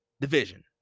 division